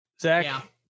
Zach